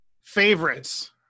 Favorites